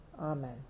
Amen